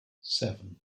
seven